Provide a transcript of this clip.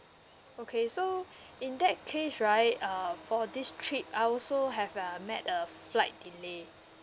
okay so in that case right uh for this trip I also have uh met a flight delay